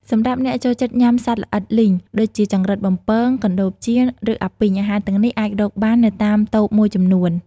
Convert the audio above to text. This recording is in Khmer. សម្រាប់អ្នកចូលចិត្តញុាំសត្វល្អិតលីង ដូចជា ចង្រិតបំពង កណ្ដូបចៀន ឬអាពីង អាហារទាំងនេះអាចរកបាននៅតាមតូបមួយចំនួន ។